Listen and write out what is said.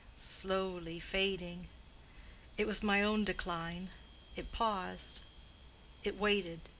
slowly fading it was my own decline it paused it waited,